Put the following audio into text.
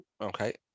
Okay